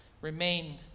remain